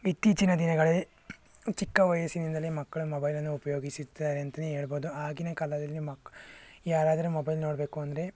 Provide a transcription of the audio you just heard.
ಇತ್ತೀಚಿನ ದಿನಗಳಲ್ಲಿ ಚಿಕ್ಕ ವಯಸ್ಸಿನಿಂದಲೇ ಮಕ್ಕಳು ಮೊಬೈಲನ್ನು ಉಪಯೋಗಿಸುತ್ತಾರೆ ಅಂತಲೇ ಹೇಳ್ಬೋದು ಆಗಿನ ಕಾಲದಲ್ಲಿ ಮಕ್ ಯಾರಾದರು ಮೊಬೈಲ್ ನೋಡಬೇಕು ಅಂದರೆ